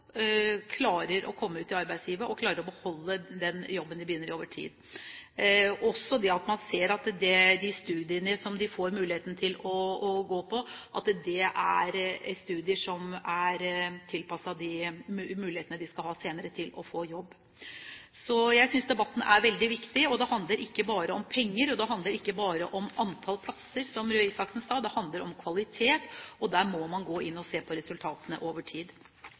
klarer å komme ut i arbeidslivet eller klarer å beholde den jobben de begynner i, over tid. Man må også se på om de studiene som de får muligheten til å gå på, er studier som er tilpasset de mulighetene de senere skal ha til å få jobb. Så jeg synes debatten er veldig viktig. Det handler ikke bare om penger, og det handler ikke bare om antall plasser, som Røe Isaksen sa. Det handler om kvalitet, og der må man gå inn og se på resultatene over tid.